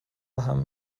بهم